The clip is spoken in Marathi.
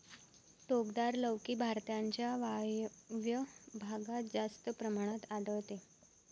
टोकदार लौकी भारताच्या वायव्य भागात जास्त प्रमाणात आढळते